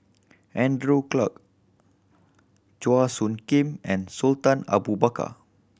Andrew Clarke Chua Soo Khim and Sultan Abu Bakar